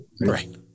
right